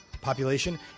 population